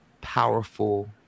powerful